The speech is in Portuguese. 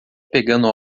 pegando